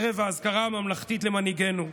ערב האזכרה הממלכתית למנהיגנו,